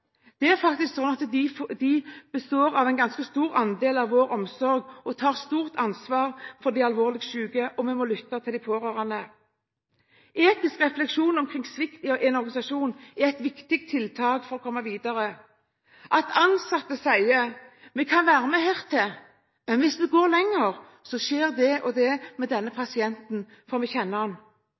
Det er faktisk slik at de står for en ganske stor andel av vår omsorg og tar stort ansvar for de alvorlig syke. Vi må lytte til de pårørende. Etisk refleksjon om svikt i en organisasjon er et viktig tiltak for å komme videre – at ansatte kan si: Vi kan være med hit, men hvis vi går lenger, skjer det og det med denne pasienten, for vi kjenner